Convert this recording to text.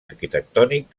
arquitectònic